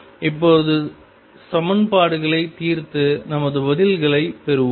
இப்போது சமன்பாடுகளைத் தீர்த்து நமது பதில்களைப் பெறுவோம்